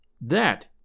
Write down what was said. That